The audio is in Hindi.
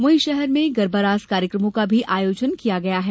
वहीं शहर में गरबारास कार्यक्रमों का आयोजन भी किया गया है